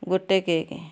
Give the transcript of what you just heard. ଗୋଟେ କେକ୍